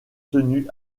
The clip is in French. tenue